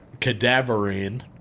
cadaverine